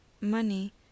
money